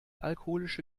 alkoholische